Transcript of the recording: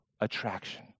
attraction